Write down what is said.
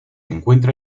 encuentra